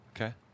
Okay